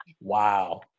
Wow